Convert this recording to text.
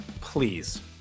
please